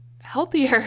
healthier